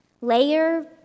layer